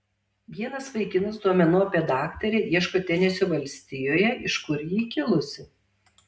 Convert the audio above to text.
vienas vaikinas duomenų apie daktarę ieško tenesio valstijoje iš kur ji kilusi